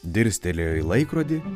dirstelėjo į laikrodį